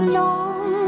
long